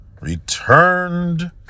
returned